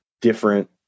different